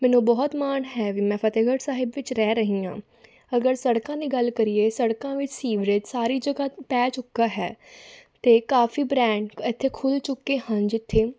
ਮੈਨੂੰ ਬਹੁਤ ਮਾਣ ਹੈ ਵੀ ਮੈਂ ਫਤਿਹਗੜ੍ਹ ਸਾਹਿਬ ਵਿੱਚ ਰਹਿ ਰਹੀ ਹਾਂ ਅਗਰ ਸੜਕਾਂ ਦੀ ਗੱਲ ਕਰੀਏ ਸੜਕਾਂ ਵਿੱਚ ਸੀਵਰੇਜ ਸਾਰੀ ਜਗ੍ਹਾ ਪੈ ਚੁੱਕਾ ਹੈ ਅਤੇ ਕਾਫੀ ਬ੍ਰੈਂਡ ਇੱਥੇ ਖੁੱਲ੍ਹ ਚੁੱਕੇ ਹਨ ਜਿੱਥੇ